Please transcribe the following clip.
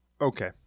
Okay